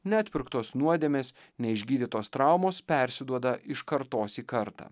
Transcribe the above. neatpirktos nuodėmės neišgydytos traumos persiduoda iš kartos į kartą